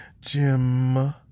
Jim